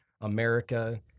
America